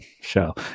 show